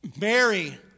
Mary